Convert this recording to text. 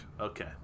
Okay